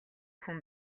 хүн